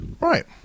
Right